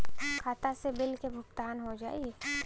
खाता से बिल के भुगतान हो जाई?